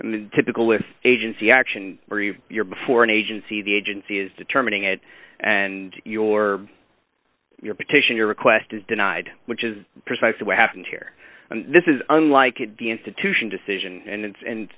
and typical with agency action where you you're before an agency the agency is determining it and your your petition your request is denied which is precisely what happened here and this is unlike the institution decision and it's and